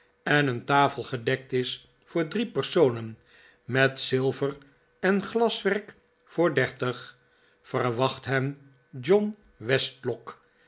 en een tafel gedekt is voor drie personen met zilver en glaswerk voor dertig verwacht hen john